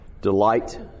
delight